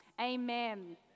Amen